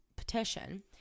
petition